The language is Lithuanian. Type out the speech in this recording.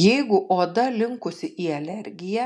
jeigu oda linkusi į alergiją